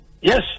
Yes